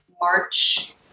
March